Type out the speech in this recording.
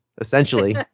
essentially